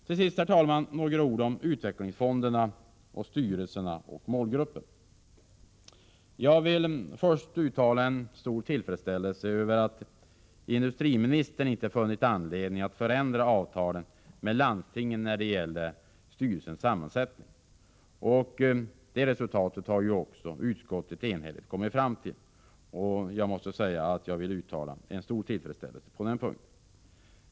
Till sist, herr talman, några ord om utvecklingsfonderna, styrelserna och målgruppen. Jag vill först uttala en stor tillfredsställelse över att industriministern inte funnit anledning att förändra avtalen med landstingen när det gäller styrelsens sammansättning. Den uppfattningen har också utskottet enhälligt kommit fram till. Jag vill uttala en stor tillfredsställelse på den punkten.